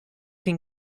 can